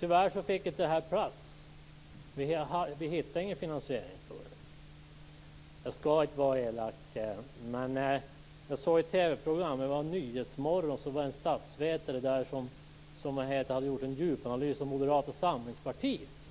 Tyvärr fick det här inte plats. Vi hittade ingen finansiering av det. Jag vill inte vara elak, men jag såg på TV programmet Nyhetsmorgon en statsvetare som gjorde en djupanalys av Moderata samlingspartiet.